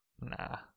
Nah